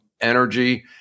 energy